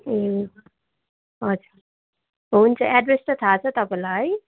ए हजुर हुन्छ एड्रेस चाहिँ थाहा छ तपाईँलाई है